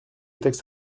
texte